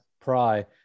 pry